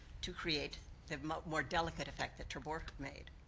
to create the more delicate effect that ter borch made.